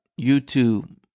YouTube